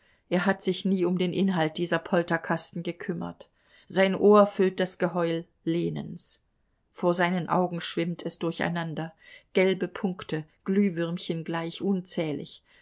er hat sich nie um den inhalt dieser polterkasten gekümmert sein ohr füllt das geheul lenens vor seinen augen schwimmt es durcheinander gelbe punkte glühwürmchen gleich unzählig